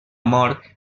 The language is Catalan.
mor